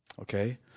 Okay